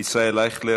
ישראל אייכלר,